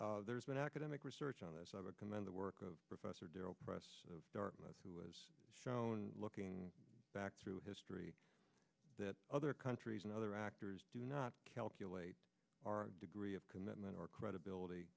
vietnam there's been academic research on this i would commend the work of professor daryl press of dartmouth who has shown looking back through history that other countries and other actors do not calculate our degree of commitment or credibility